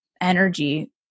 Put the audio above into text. energy